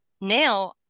now